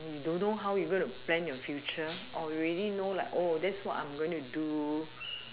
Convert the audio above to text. don't know how to plan your future or you already know like oh that's what I'm going to do